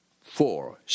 Four